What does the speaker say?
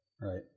Right